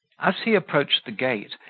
as he approached the gate,